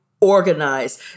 organize